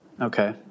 Okay